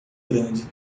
grande